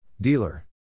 Dealer